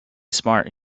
smart